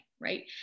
Right